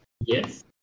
Yes